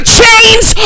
chains